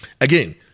again